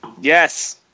Yes